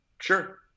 Sure